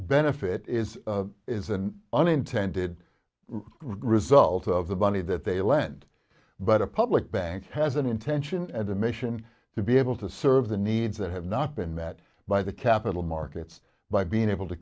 benefit is is an unintended result of the money that they lend but a public bank has an intention and a mission to be able to serve the needs that have not been met by the capital markets by being able to